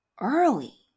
early